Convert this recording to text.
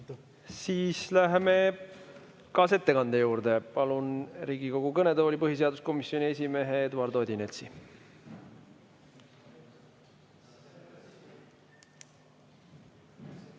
Läheme kaasettekande juurde. Palun Riigikogu kõnetooli põhiseaduskomisjoni esimehe Eduard Odinetsi.